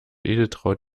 edeltraud